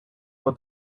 for